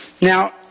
Now